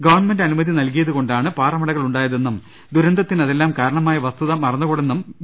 government അനുമതി നൽകിയതുകൊണ്ടാണ് പാറമടകൾ ഉണ്ടാ യതെന്നും ദുരന്തത്തിന് അതെല്ലാം കാരണമായ വസ്തുത മറന്നുകൂ ടെന്നും വി